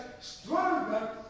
stronger